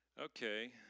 Okay